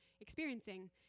experiencing